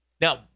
Now